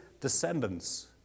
descendants